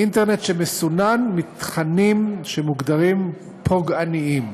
אינטרנט שמסונן מתכנים שמוגדרים פוגעניים.